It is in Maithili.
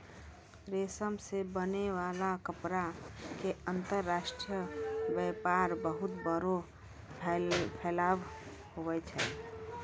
रेशम से बनै वाला कपड़ा के अंतर्राष्ट्रीय वेपार बहुत बड़ो फैलाव हुवै छै